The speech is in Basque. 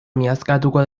miazkatuko